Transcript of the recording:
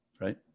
right